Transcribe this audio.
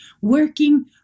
working